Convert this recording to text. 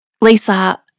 Lisa